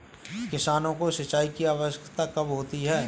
किसानों को सिंचाई की आवश्यकता कब होती है?